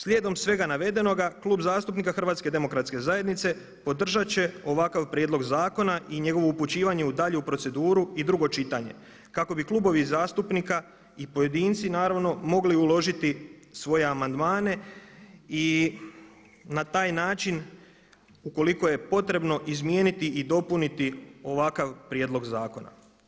Slijedom svega navedenoga Klub zastupnika HDZ-a podržat će ovakav prijedlog zakona i njegovo upućivanje u daljnju proceduru i drugo čitanje kako bi klubovi zastupnika i pojedinci naravno mogli uložiti svoje amandmane i na taj način ukoliko je potrebno izmijeniti i dopuniti ovakav prijedlog zakona.